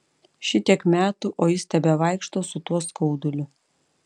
šitiek metų o jis tebevaikšto su tuo skauduliu